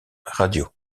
radio